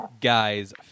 guys